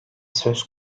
söz